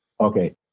Okay